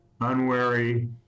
unwary